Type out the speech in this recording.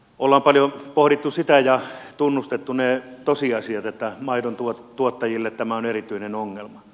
ollaan paljon pohdittu sitä ja tunnustettu ne tosiasiat että maidontuottajille tämä on erityinen ongelma